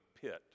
pit